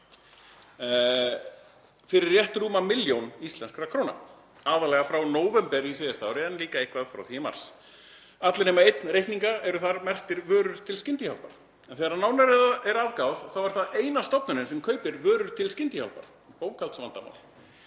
fyrir rétt rúma milljón íslenskra króna, aðallega frá nóvember á síðasta ári, en líka eitthvað frá því í mars. Allir reikningar nema einn eru merktir sem vörur til skyndihjálpar. En þegar nánar er að gáð þá er það eina stofnunin sem kaupir vörur til skyndihjálpar, þ.e.